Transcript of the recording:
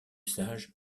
sage